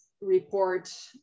report